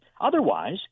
Otherwise